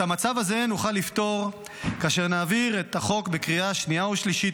את המצב הזה נוכל לפתור כאשר נעביר את החוק בקריאה שנייה ושלישית,